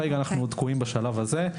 כרגע אנחנו תקועים בשלב הזה.